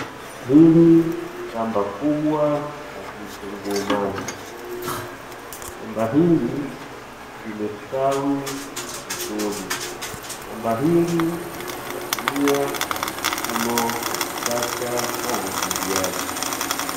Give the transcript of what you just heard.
Hili ni shamba kubwa la vitunguu maji, shamba hili limestawi vizuri, shamba hili linatumia mfumo wa kisasa wa umwagiliaji.